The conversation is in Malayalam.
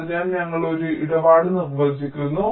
അതിനാൽ ഞങ്ങൾ ഒരു ഇടപാട് നിർവ്വചിക്കുന്നു